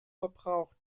verbraucht